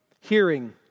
hearing